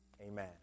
Amen